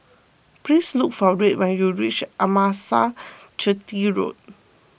please look for Red when you reach Amasalam Chetty Road